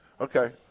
Okay